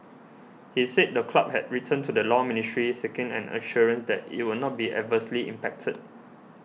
he said the club had written to the Law Ministry seeking an assurance that it would not be adversely impacted